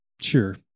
Sure